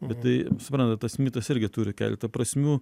bet tai suprantat tas mitas irgi turi keletą prasmių